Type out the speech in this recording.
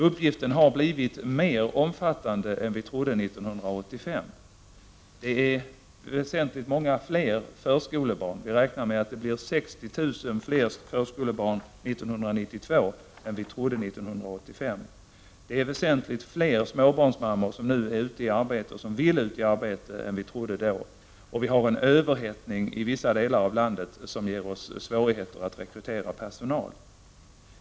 Uppgiften har blivit mer omfattande än vi trodde 1985. Det finns väsentligt många fler förskolebarn. Vi räknar med att det kommer att finnas 60 000 fler förskolebarn 1992 än vi trodde 1985. Det är väsentligt fler småbarnsmammor som nu är ute i arbete och som vill ut i arbete än vi trodde då. Vi har en överhettning i vissa delar av landet som ger oss svårigheter att rekrytera personal.